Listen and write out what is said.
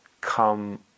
come